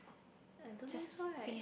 I don't think so right